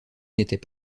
n’étaient